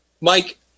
Mike